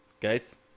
guys